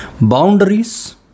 Boundaries